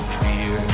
fear